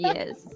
Yes